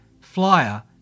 Flyer